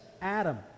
Adam